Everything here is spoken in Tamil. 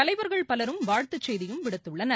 தலைவர்கள் பலரும் வாழ்த்து செய்தியும் விடுத்துள்ளனர்